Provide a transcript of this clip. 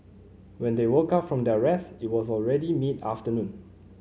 when they woke up from their rest it was already mid afternoon